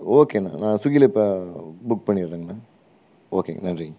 ஓகேணா நான் ஸ்விக்கியில் இப்போ புக் பண்ணிவிடுறேங்கணா ஓகேங்க நன்றிங்க